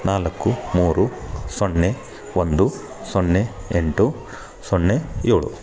ನಾಲ್ಕು ಮೂರು ಸೊನ್ನೆ ಒಂದು ಸೊನ್ನೆ ಎಂಟು ಸೊನ್ನೆ ಏಳು